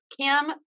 Kim